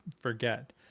forget